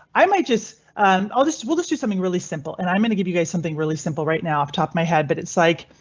i might just ah just will just do something really simple and i'm going to give you guys something really simple right now off top my head, but it's like.